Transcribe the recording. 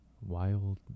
wild